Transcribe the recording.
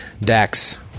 Dax